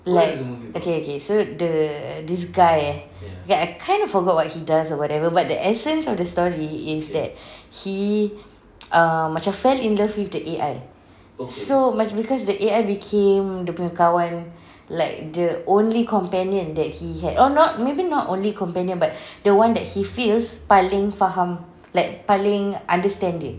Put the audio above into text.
like okay okay so the this guy eh okay I kind of forgot what he does or whatever but the essence of the story is that he err macam fell in love with the A_I so macam because the A_I became dia punya kawan like the only companion that he had or not maybe not only companion but the one that he feels paling faham like paling understanding